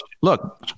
look